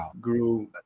grew